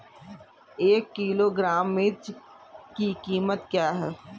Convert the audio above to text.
एक किलोग्राम मिर्च की कीमत क्या है?